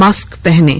mask पहनें